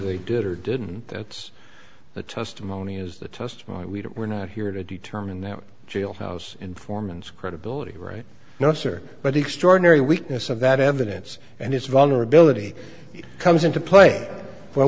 y did or didn't that's the testimony is the testify we were not here to determine that jailhouse informants credibility right notes are but extraordinary weakness of that evidence and its vulnerability comes into play when